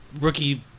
rookie